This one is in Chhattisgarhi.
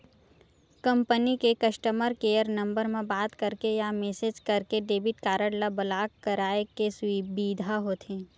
कंपनी के कस्टमर केयर नंबर म बात करके या मेसेज करके डेबिट कारड ल ब्लॉक कराए के सुबिधा होथे